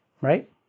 right